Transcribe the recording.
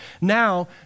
now